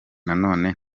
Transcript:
none